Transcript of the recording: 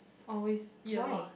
always eat a lot